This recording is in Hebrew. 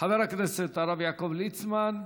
חבר הכנסת הרב יעקב ליצמן.